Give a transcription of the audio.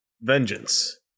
vengeance